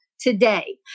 today